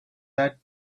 that